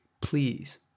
please